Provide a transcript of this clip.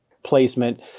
placement